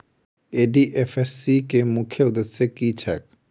NDFSC केँ मुख्य उद्देश्य की छैक?